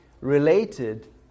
related